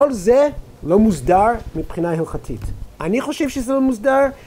‫כל זה לא מוסדר מבחינה הלכתית. ‫אני חושב שזה לא מוסדר.